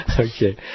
Okay